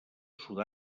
sud